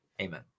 amen